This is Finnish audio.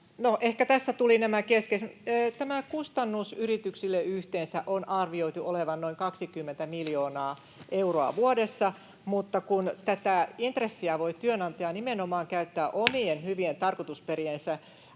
ehkä tässä tulivat nämä keskeiset. Tämän kustannuksen yrityksille on arvioitu olevan yhteensä noin 20 miljoonaa euroa vuodessa, mutta kun tätä intressiä voi työnantaja nimenomaan käyttää omien hyvien tarkoitusperiensä